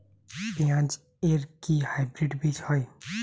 পেঁয়াজ এর কি হাইব্রিড বীজ হয়?